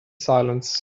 silence